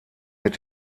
mit